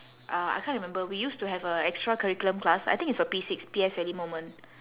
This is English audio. uh I can't remember we used to have a extra curriculum class I think it's for P six P_S_L_E moment